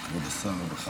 תודה.